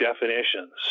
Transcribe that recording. definitions